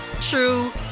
true